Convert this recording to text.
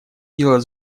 дело